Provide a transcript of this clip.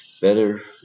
Better